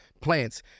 plants